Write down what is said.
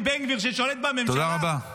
בן גביר ששולט בממשלה -- תודה רבה.